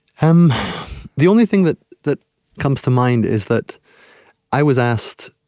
um the only thing that that comes to mind is that i was asked